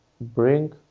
bring